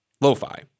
lo-fi